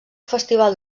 festival